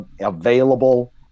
available